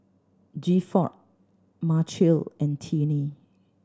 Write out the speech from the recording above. Gifford Machelle and Tinnie